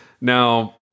Now